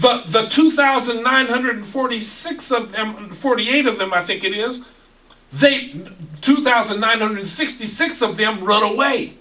but the two thousand nine hundred forty six of them forty eight of them i think it is they two thousand nine hundred sixty six of them run away